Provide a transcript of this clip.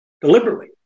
deliberately